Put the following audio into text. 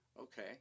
Okay